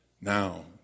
Now